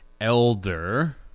Elder